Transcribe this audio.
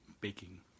baking